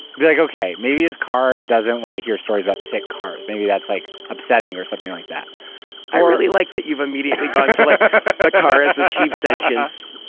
be like, okay, maybe his car doesn't want to hear stories about sick cars, maybe that's like upsetting or something like that or i really like that you've immediately gone to like the car has achieved sentience